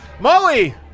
Molly